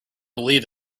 believe